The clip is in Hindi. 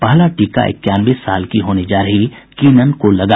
पहला टीका इक्यानवे साल की होने जा रही कीनन को लगा